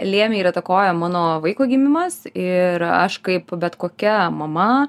lėmė ir įtakojo mano vaiko gimimas ir aš kaip bet kokia mama